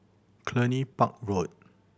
Cluny Park Road